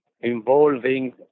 involving